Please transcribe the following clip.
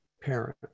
parent